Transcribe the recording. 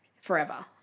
forever